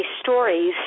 stories